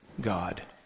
God